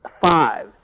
five